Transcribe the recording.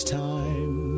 time